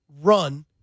run